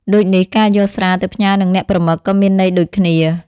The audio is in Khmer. ដូចនេះ ការយកស្រាទៅផ្ញើនឹងអ្នកប្រមឹកក៏មានន័យដូចគ្នា ។